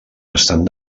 estan